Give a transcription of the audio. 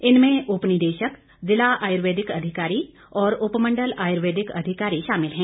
इनमें उपनिदेशक जिला आयुर्वेदिक अधिकारी और उपमंडल आयुर्वेदिक अधिकारी शामिल है